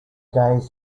days